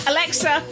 Alexa